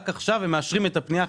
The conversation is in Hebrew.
רק עכשיו הם מאשרים את קבלת הפנייה,